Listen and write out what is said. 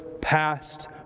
past